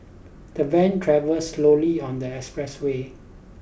the van travelled slowly on the expressway